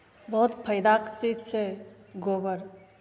बहुत फाइदाके चीज छै गोबर